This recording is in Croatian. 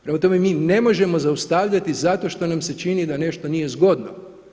Prema tome mi ne možemo zaustavljati zato što nam se čini da nešto nije zgodno.